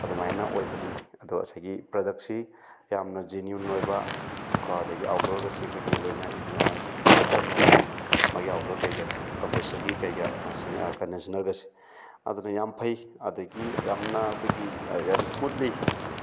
ꯑꯗꯨꯃꯥꯏꯅ ꯑꯣꯏꯕꯅꯤ ꯑꯗꯣ ꯉꯁꯥꯏꯒꯤ ꯄ꯭ꯔꯗꯛꯁꯤ ꯌꯥꯝꯅ ꯖꯤꯅ꯭ꯌꯨꯟ ꯑꯣꯏꯕ ꯀꯣ ꯑꯗꯒꯤ ꯑꯥꯎꯗꯣꯔꯒꯁꯤ ꯑꯩꯈꯣꯏꯒꯤ ꯂꯣꯏꯅ ꯑꯩꯈꯣꯏꯒꯤ ꯀꯣꯄꯔꯅ ꯑꯣꯏꯕ ꯃꯥꯒꯤ ꯑꯥꯎꯗꯣꯔ ꯀꯩꯀꯥꯁꯦ ꯀꯝꯄ꯭ꯔꯦꯁꯔꯒꯤ ꯀꯩꯀꯥ ꯀꯟꯗꯤꯁꯟꯅꯔꯒꯁꯦ ꯑꯗꯨꯅ ꯌꯥꯝ ꯐꯩ ꯑꯗꯒꯤ ꯌꯥꯝꯅ ꯑꯩꯈꯣꯏꯒꯤ ꯌꯥꯝ ꯏꯁꯃꯨꯠꯂꯤ